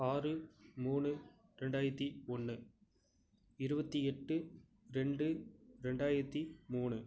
ஆறு மூணு ரெண்டாயித்தி ஒன்று இருபத்தி எட்டு ரெண்டு ரெண்டாயித்தி மூணு